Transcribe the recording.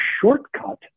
shortcut